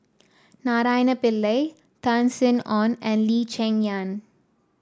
Naraina Pillai Tan Sin Aun and Lee Cheng Yan